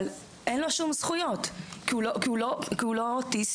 אבל אין לו שום זכויות כי הוא לא אוטיסט